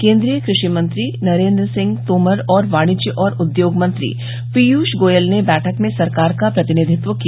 केन्द्रीय कृषि मंत्री नरेंद्र सिंह तोमर और वाणिज्य और उद्योग मंत्री पीयूष गोयल ने बैठक में सरकार का प्रतिनिधित्व किया